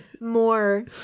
more